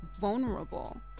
vulnerable